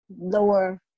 lower